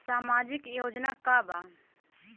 सामाजिक योजना का बा?